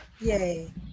Yay